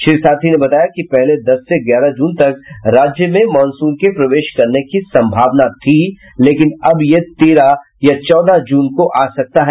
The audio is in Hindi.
श्री सारथी ने बताया कि पहले दस से ग्यारह जून तक राज्य में मानसून के प्रवेश करने की संभावना थी लेकिन अब यह तेरह या चौदह जून को आ सकता है